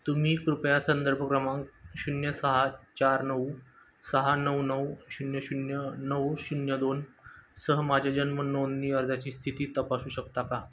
तुम्ही कृपया संदर्भ क्रमांक शून्य सहा चार नऊ सहा नऊ नऊ शून्य शून्य नऊ शून्य दोन सह माझ्या जन्म नोंदणी अर्जाची स्थिती तपासू शकता का